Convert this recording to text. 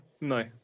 No